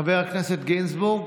חבר הכנסת גינזבורג,